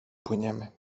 płyniemy